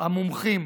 המומחים